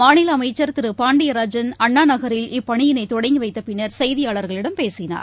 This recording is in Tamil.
மாநிலஅமைச்சர் திருபாண்டியராஜன் அண்ணாநகரில் இப்பணியிளைதொடங்கிவைத்தப் பின்னர் செய்தியாளர்களிடம் பேசினார்